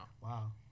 Wow